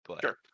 Sure